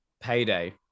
payday